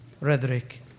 Rhetoric